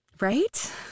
Right